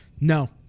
No